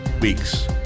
weeks